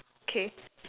okay